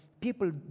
People